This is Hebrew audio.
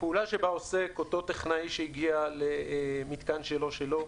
שבה עוסק אותו טכנאי שהגיע למתקן שלא שלו,